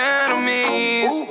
enemies